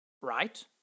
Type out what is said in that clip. right